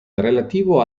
relativo